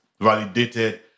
Validated